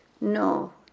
No